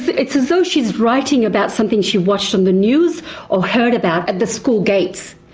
it's as though she's writing about something she watched on the news or heard about at the school gates!